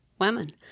women